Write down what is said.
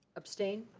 abstained?